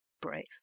brave